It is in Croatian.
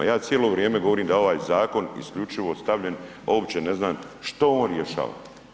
Ja cijelo vrijeme govorim da ovaj zakon isključivo stavljen, a uopće ne znam što on rješava.